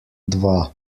dva